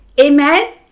Amen